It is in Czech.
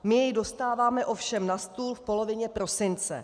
My jej dostáváme ovšem na stůl v polovině prosince.